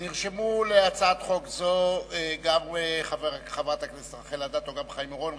נרשמו להצעת חוק זו גם חברת הכנסת רחל אדטו וגם חבר הכנסת חיים אורון,